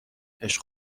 عشق